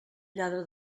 lladra